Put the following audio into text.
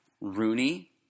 Rooney